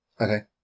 Okay